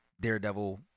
Daredevil